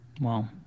Wow